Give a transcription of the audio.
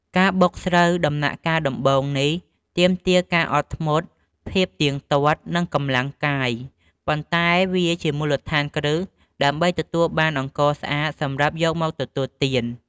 ការបុកស្រូវដំណាក់កាលដំបូងនេះ ទាមទារការអត់ធ្មត់ ភាពទៀងទាត់ និងកម្លាំងកាយ ប៉ុន្តែវាជាមូលដ្ឋានគ្រឹះដើម្បីទទួលបានអង្ករស្អាតសម្រាប់យកមកទទួលទាន។